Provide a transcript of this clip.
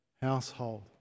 household